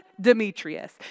Demetrius